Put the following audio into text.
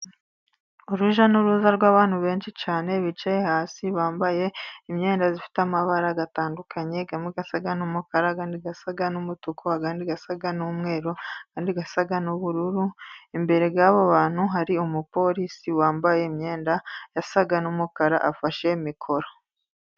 Urujya n'uruza rw'abantu benshi cyane ,bicaye hasi bambaye imyenda ifite amabara gatandukanye. Amwe asa n'umukara, ayandi asa n'umutuku, ayandi asa n'umweru, ayandi asa n'ubururu. Imbere y'abo bantu, hari umupolisi wambaye imyenda isa n'umukara afashe mikoro.